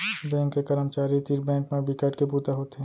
bank के करमचारी तीर बेंक म बिकट के बूता होथे